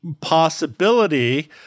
possibility